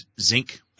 zinc